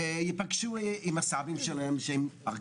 ייפגשו עם הסבים שלהם,